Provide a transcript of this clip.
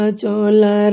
chola